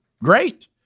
Great